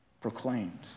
proclaimed